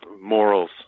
morals